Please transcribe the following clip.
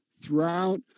throughout